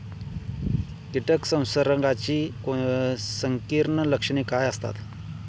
कीटक संसर्गाची संकीर्ण लक्षणे काय असतात?